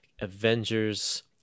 Avengers